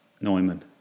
Neumann